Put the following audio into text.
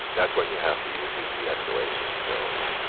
that's when you have to use your de-escalation skills.